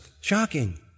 shocking